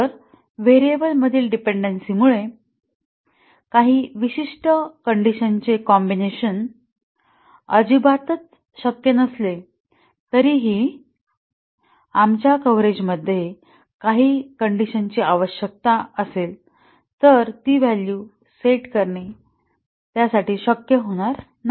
तर व्हेरिएबल मधील डिपेंडन्सी मुळे काही विशिष्ट कण्डिशनंचे कॉम्बिनेशन अजिबातच शक्य नसले तरीही आमच्या कव्हरेजमध्ये काही कण्डिशनची आवश्यकता असेल तरी ती व्हॅल्यू सेट करणे शक्य होणार नाही